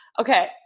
okay